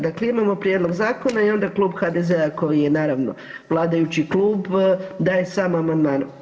Dakle, imamo prijedlog zakona i onda Klub HDZ-a koji je naravno vladajući klub daje sam amandman.